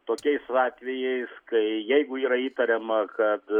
tokiais atvejais kai jeigu yra įtariama kad